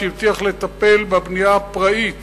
שהבטיח לטפל בבנייה הפראית